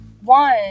one